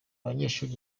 banyeshuri